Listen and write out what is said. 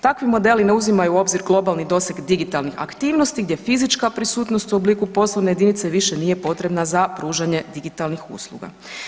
Takvi modeli ne uzimaju u obzir globalni doseg digitalnih aktivnosti gdje fizička prisutnost u obliku poslovne jedinice više nije potrebna za pružanje digitalnih usluga.